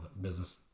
business